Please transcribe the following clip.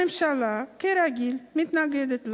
הממשלה כרגיל מתנגדת לה.